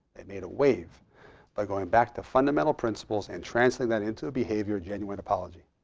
they made a wave by going back to fundamental principles and translating that into a behavior, genuine apology.